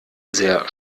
sehr